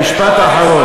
משפט אחרון.